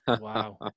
Wow